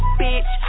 bitch